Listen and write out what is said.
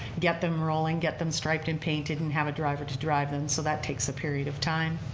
get them rolling, get them striped and painted and have a driver to drive them so that takes a period of time.